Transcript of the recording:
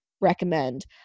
recommend